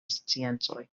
sciencoj